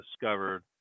discovered